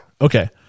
Okay